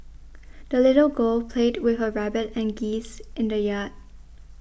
the little girl played with her rabbit and geese in the yard